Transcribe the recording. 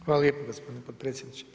Hvala lijepo gospodine potpredsjedniče.